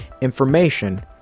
information